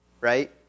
right